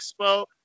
Expo